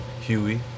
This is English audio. Huey